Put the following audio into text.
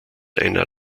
einer